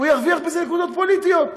הוא ירוויח בזה נקודות פוליטיות.